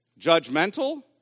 judgmental